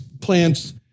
plants